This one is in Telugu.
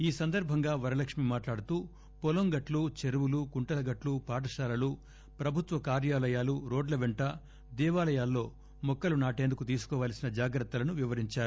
ఈ సందర్భంగా వరలక్ష్మి మాట్లాడుతూ పొలం గట్లు చెరువులు కుంటల గట్లు పారశాలలు ప్రభుత్వ కార్యాలయాలు రోడ్ల పెంట దేవాలయాల్లో మొక్కలు నాటేందుకు తీసుకోవాల్సిన జాగ్రత్తలను వివరించారు